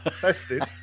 tested